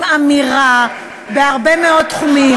עם אמירה בהרבה מאוד תחומים.